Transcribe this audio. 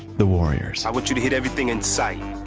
the warriors. i want you to hit everything in sight.